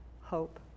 hope